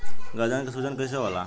गर्दन के सूजन कईसे होला?